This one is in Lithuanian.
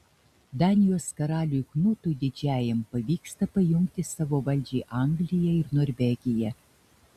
danijos karaliui knutui didžiajam pavyksta pajungti savo valdžiai angliją ir norvegiją